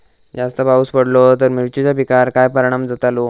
जास्त पाऊस पडलो तर मिरचीच्या पिकार काय परणाम जतालो?